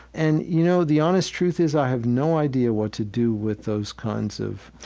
and, you know, the honest truth is, i have no idea what to do with those kinds of,